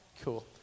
Cool